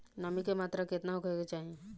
नमी के मात्रा केतना होखे के चाही?